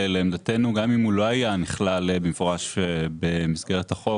לעמדתנו גם אם הוא לא היה נכלל במפורש במסגרת החוק